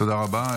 תודה רבה.